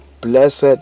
Blessed